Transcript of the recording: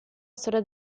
storia